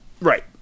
Right